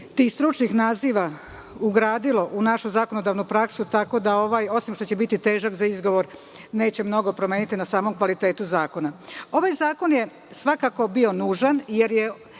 tih stručnih naziva ugradilo u našu zakonodavnu praksu, tako da ovaj, osim što će biti težak za izgovor, neće mnogo promeniti na samom kvalitetu zakona. Ovaj zakon je svakako bio nužan jer je